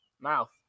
mouth